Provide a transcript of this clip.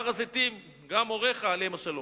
ונעניתי לבקשתו ברצון.